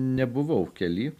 nebuvau kely